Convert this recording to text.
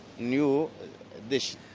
new dish.